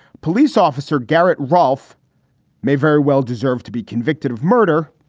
police officer garrett ralfe may very well deserve to be convicted of murder.